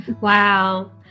Wow